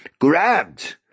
grabbed